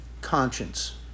conscience